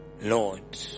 Lord